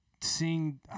seeing